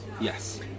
Yes